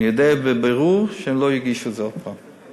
אני יודע בבירור שהם לא יגישו את זה עוד הפעם.